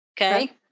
Okay